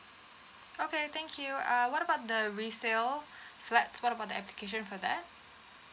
okay thank you uh what about the resale flat what's about the application for that